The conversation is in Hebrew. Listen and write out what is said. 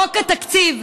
חוק התקציב,